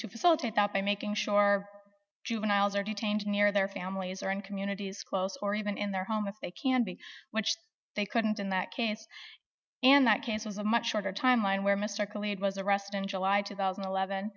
to facilitate that by making sure our juveniles are detained near their families or in communities close or even in their home if they can be which they couldn't in that case and that case was a much shorter timeline where mr kool aid was arrested in july two thousand and eleven